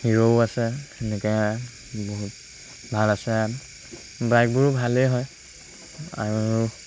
hero আছে তেনেকৈ বহুত ভাল আছে বাইকবোৰো ভালেই হয় আৰু